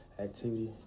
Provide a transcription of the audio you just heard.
activity